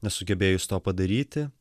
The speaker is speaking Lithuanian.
nesugebėjus to padaryti